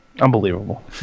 Unbelievable